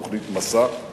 תוכנית "מסע";